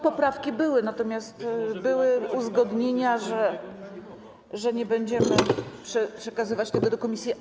Poprawki były, natomiast były uzgodnienia, że nie będziemy przekazywać tego do komisji.